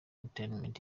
entertainment